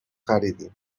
خریدیم